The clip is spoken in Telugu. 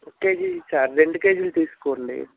ఒక కేజీ చ రెండు కేజీలు తీసుకోండి